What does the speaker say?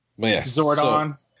Zordon